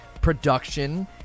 production